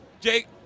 Jake